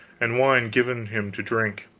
and wine given him to drink.